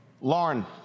Lauren